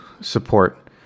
support